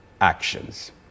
actions